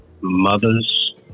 mothers